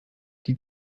die